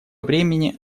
времени